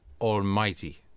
almighty